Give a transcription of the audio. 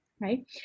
Right